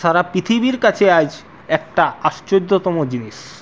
সারা পৃথিবীর কাছে আজ একটা আশ্চর্যতম জিনিস